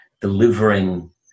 delivering